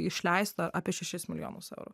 išleista apie šešis milijonus eurų